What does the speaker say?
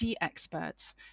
experts